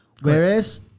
Whereas